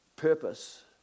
Purpose